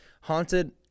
Haunted